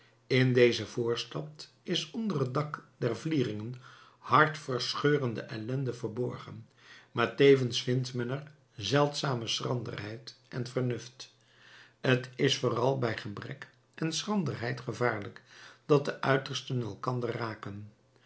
in deze voorstad is onder het dak der vlieringen hartverscheurende ellende verborgen maar tevens vindt men er zeldzame schranderheid en vernuft t is vooral bij gebrek en schranderheid gevaarlijk dat de uitersten elkander raken